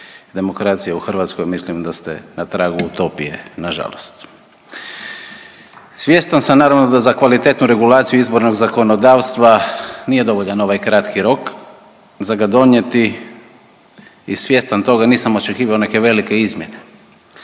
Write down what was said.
demokracija u Hrvatskoj mislim da ste na tragu utopije nažalost. Svjestan sam naravno da za kvalitetnu regulaciju izbornog zakonodavstva nije dovoljan ovaj kratki rok za ga donijeti i svjestan toga nisam očekivao neke velike izmjene,